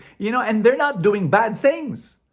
you know. and they're not doing bad things!